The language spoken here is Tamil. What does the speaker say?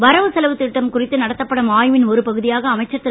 வரவு செலவுத் திட்டம் குறித்து நடத்தப்படும் ஆய்வின் ஒரு பகுதியாக அமைச்சர் திரு